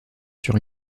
sur